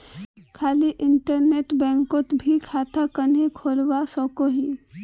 खाली इन्टरनेट बैंकोत मी खाता कन्हे खोलवा सकोही?